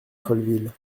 folleville